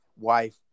wife